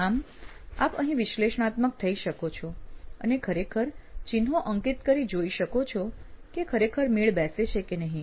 આમ આપ અહીં વિશ્લેષણાત્મક થઈ શકો છો અને ખરેખર ચિહ્નો અંકિત કરી જોઈ શકો છે કે ખરેખર મેળ બેસે છે કે નહિ